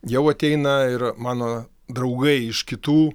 jau ateina ir mano draugai iš kitų